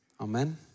Amen